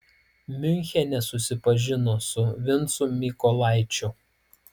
miunchene susipažino su vincu mykolaičiu